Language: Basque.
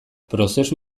prozesu